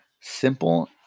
simple